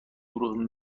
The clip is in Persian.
گروه